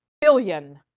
billion